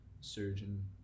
surgeon